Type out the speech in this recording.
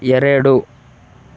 ಎರಡು